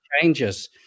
changes